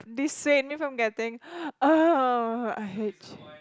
dissuade me from getting !ugh! I hate you